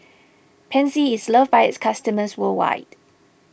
Pansy is loved by its customers worldwide